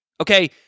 Okay